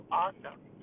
awesome